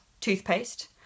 toothpaste